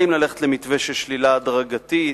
האם ללכת למתווה של שלילה הדרגתית,